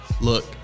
look